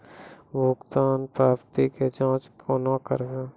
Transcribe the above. भुगतान प्राप्ति के जाँच कूना करवै?